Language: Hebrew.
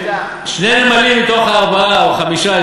שני נמלים מתוך הארבעה או החמישה,